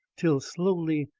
till slowly,